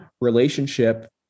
relationship